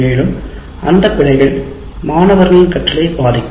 மேலும் அந்த பிழைகள் மாணவர்களின் கற்றலை பாதிக்கும்